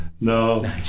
no